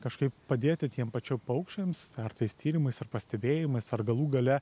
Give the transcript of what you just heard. kažkaip padėti tiem pačio paukščiams ar tais tyrimais ar pastebėjimais ar galų gale